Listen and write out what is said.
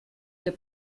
der